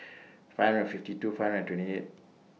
five hundred fifty two five hundred twenty eight